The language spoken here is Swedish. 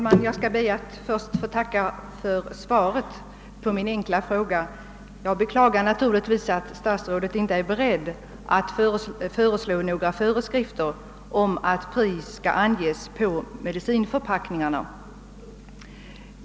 Herr talman! Jag ber först att få tacka för svaret på min enkla fråga. Jag beklagar naturligtvis att statsrådet inte är beredd att föreslå några föreskrifter om att pris skall anges på medicinförpackningarna.